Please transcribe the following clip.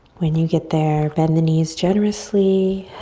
when you get there, bend the knees generously